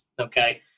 Okay